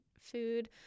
food